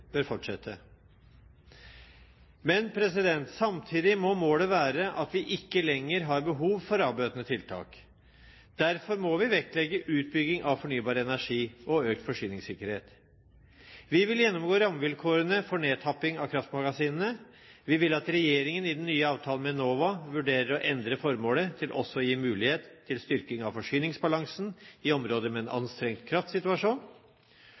bør fortsette. Men samtidig må målet være at vi ikke lenger har behov for avbøtende tiltak. Derfor må vi vektlegge utbygging av fornybar energi og økt forsyningssikkerhet. Vi vil gjennomgå rammevilkårene for nedtapping av kraftmagasinene. Vi vil at regjeringen i den nye avtalen med Enova vurderer å endre formålet til også å gi mulighet til styrking av forsyningsbalansen i områder med en anstrengt kraftsituasjon.